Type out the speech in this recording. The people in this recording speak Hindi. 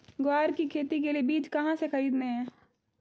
ग्वार की खेती के लिए बीज कहाँ से खरीदने हैं?